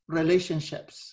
relationships